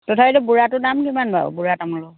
তথাপিতো বুঢ়াটো দাম কিমান বাৰু বুঢ়া তামোলৰ